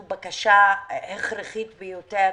היא בקשה הכרחית ביותר.